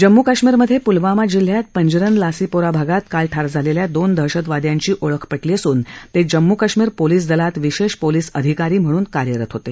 जम्मू कश्मीरमधे पुलवामा जिल्ह्यात पंजरन लासीपोरा भागात काल ठार झालेल्या दोन दहशतवाद्यांची ओळख पटली असून ते जम्मू काश्मीर पोलीस दलात विशेष पोलीस अधिकारी म्हणून कार्यरत होते